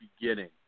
beginning